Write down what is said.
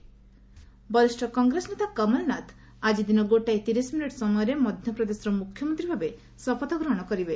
MP CM oath ବରିଷ୍ଣ କଂଗ୍ରେସ ନେତା କମଳ ନାଥ ଆଜି ଦିନ ଗୋଟାଏ ତିରିଶ ମିନିଟ୍ ସମୟରେ ମଧ୍ୟପ୍ରଦେଶ ମୁଖ୍ୟମନ୍ତ୍ରୀ ଭାବେ ଶପଥ ଗ୍ହଶ କରିବେ